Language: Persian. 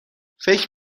فکر